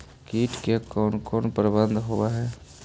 किट के कोन कोन प्रबंधक होब हइ?